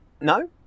no